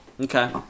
Okay